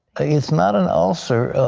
it's not an ulcer.